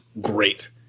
great